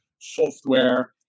software